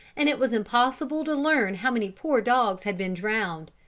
and it was impossible to learn how many poor dogs had been drowned.